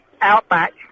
Outback